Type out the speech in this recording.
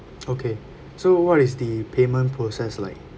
okay so what is the payment process like